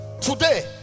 today